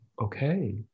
Okay